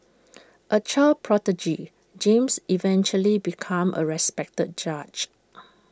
A child prodigy James eventually became A respected judge